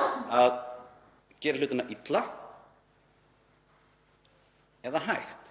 að gera hlutina illa eða hægt.